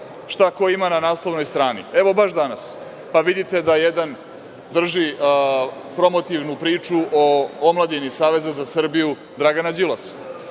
šta ko ima na naslovnoj strani, evo, baš danas, pa vidite da jedan drži promotivnu priču o omladini Saveza za Srbiju Dragana Đilasa,